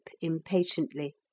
impatiently